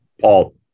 paul